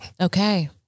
Okay